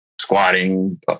squatting